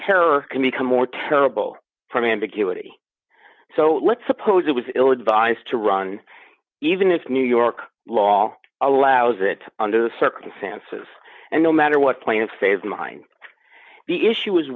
terror can become more terrible from ambiguity so let's suppose it was ill advised to run even if new york law allows it under the circumstances and no matter what plan phase the mine the issue